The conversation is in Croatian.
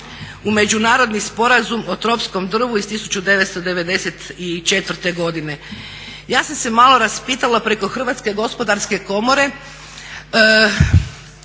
u Međunarodni sporazum o tropskom drvu iz 1994. godine. Ja sam se malo raspitala preko Hrvatske gospodarske komore,